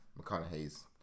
McConaughey's